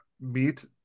meet